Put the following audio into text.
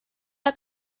las